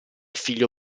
figlio